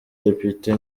depite